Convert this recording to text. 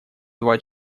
два